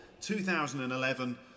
2011